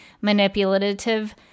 manipulative